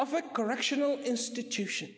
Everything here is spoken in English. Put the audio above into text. of a correctional institution